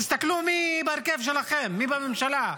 תסתכלו מי בהרכב שלכם, מי בממשלה.